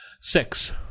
Six